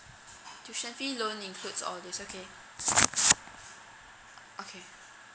tuition fee loan includes all this okay okay